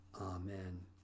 Amen